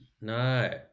No